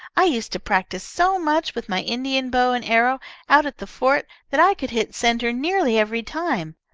i used to practise so much with my indian bow and arrow out at the fort, that i could hit centre nearly every time.